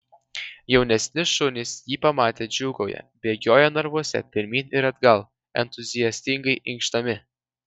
jaunesni šunys jį pamatę džiūgauja bėgioja narvuose pirmyn ir atgal entuziastingai inkšdami